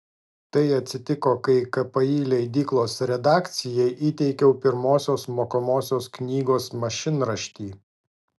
tai atsitiko kai kpi leidyklos redakcijai įteikiau pirmosios mokomosios knygos mašinraštį